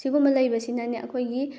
ꯁꯤꯒꯨꯝꯕ ꯂꯩꯕꯁꯤꯅꯅꯦ ꯑꯩꯈꯣꯏꯒꯤ